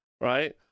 right